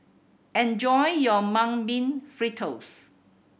enjoy your Mung Bean Fritters